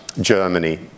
Germany